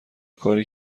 کاری